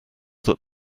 that